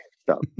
stop